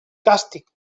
càstig